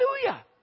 Hallelujah